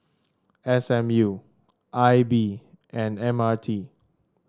S M U I B and M R T